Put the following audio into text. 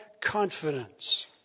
confidence